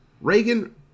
Reagan